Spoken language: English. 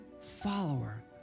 follower